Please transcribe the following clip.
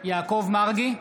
יעקב מרגי,